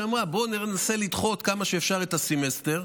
שאמרה: בואו ננסה לדחות כמה שאפשר את הסמסטר,